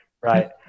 Right